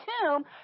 tomb